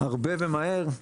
הרבה ומהר,